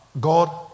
God